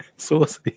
Saucy